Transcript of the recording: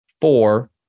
Four